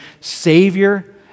savior